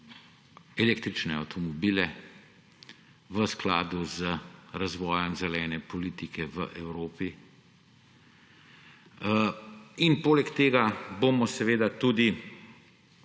električne avtomobile v skladu z razvojem zelene politike v Evropi. In poleg tega bomo seveda tudi